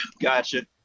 Gotcha